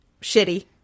shitty